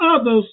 others